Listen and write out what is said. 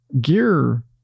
gear